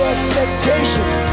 Expectations